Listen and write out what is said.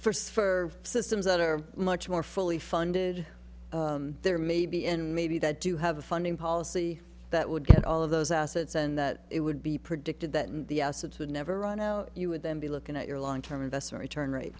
first for systems that are much more fully funded there may be in maybe that do have a funding policy that would get all of those assets and that it would be predicted that the assets would never run out you would then be looking at your long term investment return rate